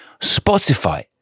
Spotify